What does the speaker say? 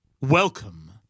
Welcome